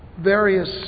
various